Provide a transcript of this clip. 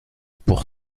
pour